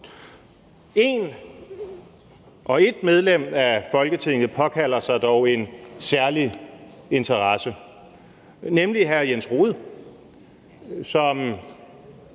Et medlem af Folketinget påkalder sig dog en særlig interesse, nemlig hr. Jens Rohde, som